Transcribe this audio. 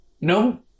no